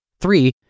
Three